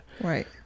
Right